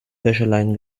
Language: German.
wäscheleinen